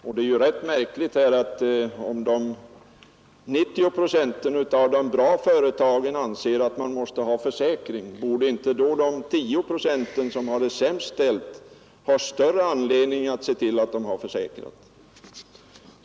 Och då frågar vi: Om de 90 procenten bra företag anser sig böra ha försäkrat, 85 borde inte då de 10 procent som har det sämst ställt ha ännu större anledning att se till att ha försäkrat?